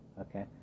Okay